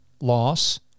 loss